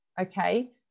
okay